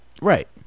Right